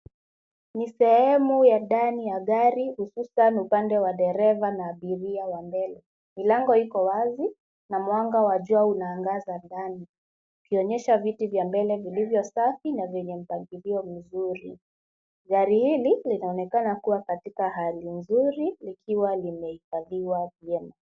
Ni sehemu ya ndani ya gari hususan upande wa dereva na abiria wa mbele. Milango iko wazi na mwanga wa jua unaangaza ndani ukionyesha viti vya mbele vilivyo safi na vyenye mpangilio mzuri. Gari hili linaonekana kuwa katika hali nzuri likiwa limehifadhiwa vyema.